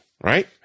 Right